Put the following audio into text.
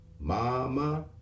Mama